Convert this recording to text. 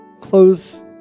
close